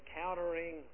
countering